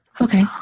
Okay